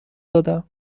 دادم